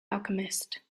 alchemist